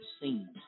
seen